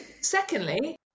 Secondly